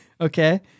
Okay